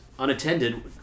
unattended